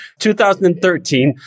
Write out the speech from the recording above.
2013